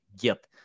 get